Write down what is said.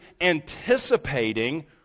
anticipating